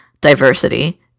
diversity